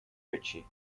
ritchie